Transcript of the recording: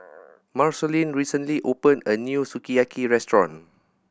Marceline recently opened a new Sukiyaki Restaurant